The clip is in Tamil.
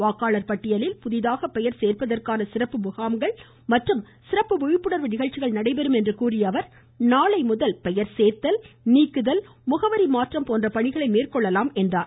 வாக்காளர் பட்டியலில் புதிதாக பெயர் சேர்ப்பதற்கான சிறப்பு முகாம்கள் மற்றும் சிறப்பு விழிப்புணர்வு நிகழ்ச்சிகள் நடைபெறும் என்று கூறிய அவர் நாளைமுதல் பெயர் சோத்தல் நீக்கம் முகவரி மாற்றம் போன்ற பணிகளை மேற்கொள்ளலாம் என்று குறிப்பிட்டார்